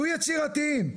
תהיו יצירתיים,